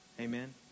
Amen